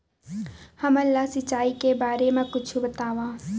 हमन ला सिंचाई के बारे मा कुछु बतावव?